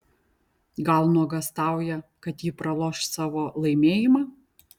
gal nuogąstauja kad ji praloš savo laimėjimą